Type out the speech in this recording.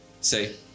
say